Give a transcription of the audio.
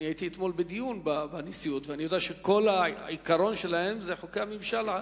הייתי אתמול בדיון בנשיאות ואני יודע שכל העיקרון שלהם הוא חוקי הממשל.